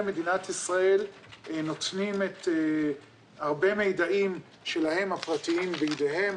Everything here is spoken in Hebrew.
מדינת ישראל נותנים הרבה מידעים שלהם הפרטיים בידיהם.